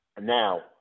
Now